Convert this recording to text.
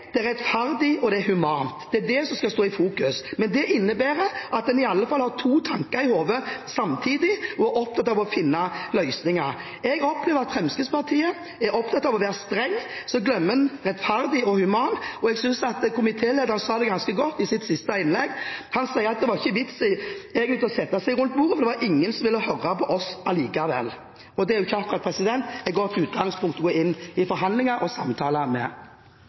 og «human» som skal stå i fokus, men det innebærer at en iallfall har to tanker i hodet samtidig og er opptatt av å finne løsninger. Jeg opplever at Fremskrittspartiet er opptatt av å være streng, og så glemmer en rettferdig og human. Jeg synes at komitélederen sa det ganske godt i sitt siste innlegg. Han sier at det egentlig ikke var noen vits i å sette seg rundt bordet, for det var likevel ingen som ville høre på dem. Det er jo ikke akkurat et godt utgangspunkt å gå inn i forhandlinger og samtaler med.